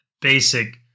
basic